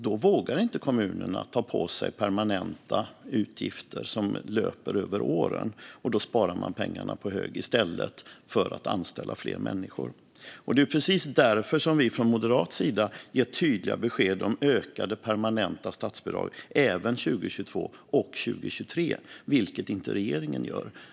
Då vågar inte kommunerna ta på sig permanenta utgifter som löper över åren utan sparar pengarna på hög i stället för att anställa fler människor. Det är precis därför som vi från moderat sida ger tydliga besked om ökade permanenta statsbidrag även 2022 och 2023 vilket inte regeringen gör.